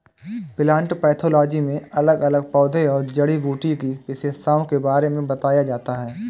plant pathology में अलग अलग पौधों और जड़ी बूटी की विशेषताओं के बारे में बताया जाता है